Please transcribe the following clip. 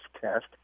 test